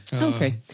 Okay